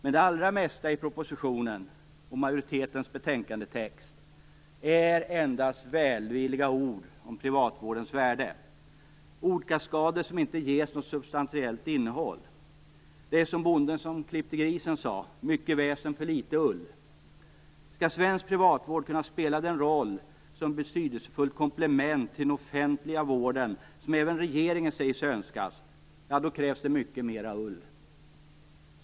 Men det allra mesta i propositionen och i majoritetens hemställan i betänkandet är endast välvilliga ord om privatvårdens värde. Det är ordkaskader som inte ges något substantiellt innehåll. Det är som bonden som klippte fåret och som sade: Mycket väsen för litet ull. Om svensk privatvård skall kunna spela den roll som betydelsefullt komplement till den offentliga vården som även regeringen säger sig önska, då krävs det mycket mera ull.